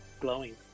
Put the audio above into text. glowing